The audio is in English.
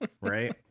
Right